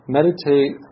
meditate